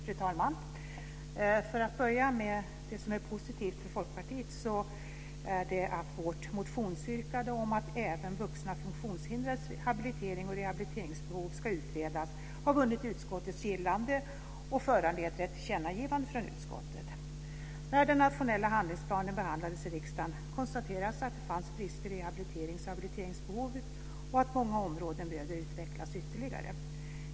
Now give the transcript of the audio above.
Fru talman! Om jag får börja med det som är positivt för Folkpartiet är det att vårt motionsyrkande om att även vuxna funktionshindrades habiliteringsoch rehabiliteringsbehov ska utredas har vunnit utskottets gillande och föranleder ett tillkännagivande från utskottet. När den nationella handlingsplanen behandlades i riksdagen konstaterades att det fanns brister när det gäller rehabiliterings och habiliteringsbehov och att många områden behövde utvecklas ytterligare.